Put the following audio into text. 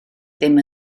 ddim